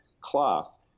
class